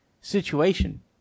situation